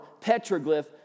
Petroglyph